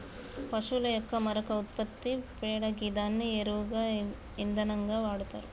పశువుల యొక్క మరొక ఉత్పత్తి పేడ గిదాన్ని ఎరువుగా ఇంధనంగా వాడతరు